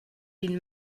been